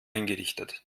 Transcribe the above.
eingerichtet